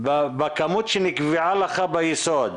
בכמות שנקבעה לך ביסוד.